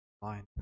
Fine